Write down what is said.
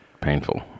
painful